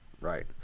Right